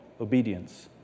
obedience